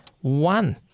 one